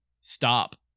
stop